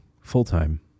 full-time